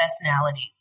personalities